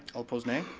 all opposed, nay.